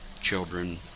children